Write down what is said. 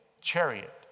chariot